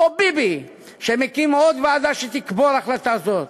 או ביבי שמקים עוד ועדה שתקבור החלטה זו?